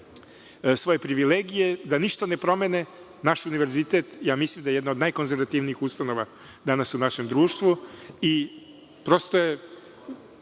svoje privilegije, da ništa ne promene. Naš univerzitet, ja mislim da je jedna od najkonzervativnijih ustanova danas u našem društvu i prosto